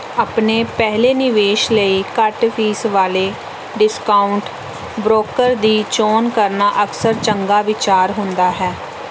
ਆਪਣੇ ਪਹਿਲੇ ਨਿਵੇਸ਼ ਲਈ ਘੱਟ ਫੀਸ ਵਾਲੇ ਡਿਸਕਾਊਂਟ ਬ੍ਰੋਕਰ ਦੀ ਚੋਣ ਕਰਨਾ ਅਕਸਰ ਚੰਗਾ ਵਿਚਾਰ ਹੁੰਦਾ ਹੈ